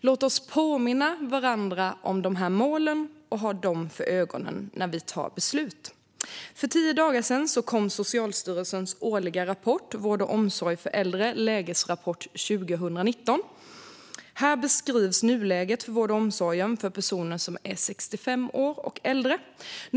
Låt oss påminna varandra om dessa mål och ha dem för ögonen när vi fattar beslut! För tio dagar sedan kom Socialstyrelsens årliga rapport Vård och omsorg om äldre - Lägesrapport 2019 . Här beskrivs nuläget i vård och omsorg för personer som är 65 år och äldre.